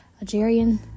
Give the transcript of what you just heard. algerian